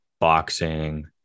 boxing